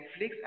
Netflix